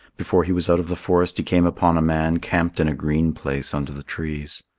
before he was out of the forest he came upon a man camped in a green place under the trees.